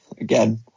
Again